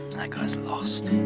that guy's lost.